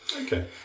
Okay